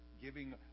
giving